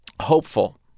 hopeful